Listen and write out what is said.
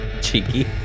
Cheeky